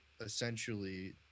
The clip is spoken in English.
essentially